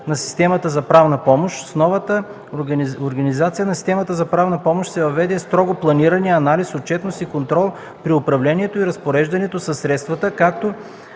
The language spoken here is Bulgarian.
на системата за правна помощ се въведе строго планиране, анализ, отчетност и контрол при управлението и разпореждането със средствата, като